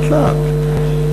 לאט-לאט.